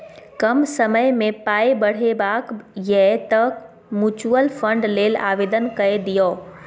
कम समयमे पाय बढ़ेबाक यै तँ म्यूचुअल फंड लेल आवेदन कए दियौ